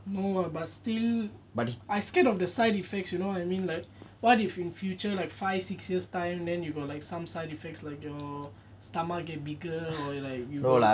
no [what] but still I scared of the side effects you know what I mean like what if in future five six year times then you got some side effects like your stomach get bigger or like you know